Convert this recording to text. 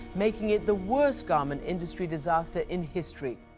making it the worst garment-industry disaster in history.